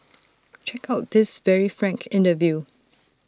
check out this very frank interview